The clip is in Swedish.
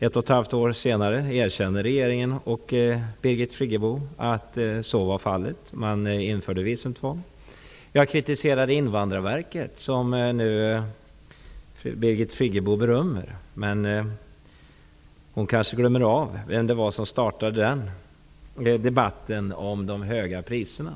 Ett och ett halvt år senare erkände regeringen och Birgit Friggebo att så var fallet. Det infördes visumtvång. Jag kritiserade Invandrarverket, som Birgit Friggebo nu berömmer. Hon kanske glömmer vem det var som startade debatten om de höga priserna.